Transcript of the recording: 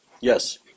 Yes